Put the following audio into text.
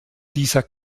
dieser